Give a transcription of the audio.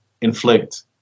Inflict